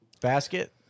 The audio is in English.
basket